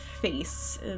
Face